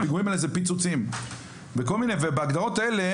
הפיגועים האלה זה פיצוצים וכל מיני ובהגדרות האלה,